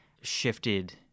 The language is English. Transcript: shifted